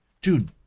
dude